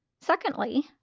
Secondly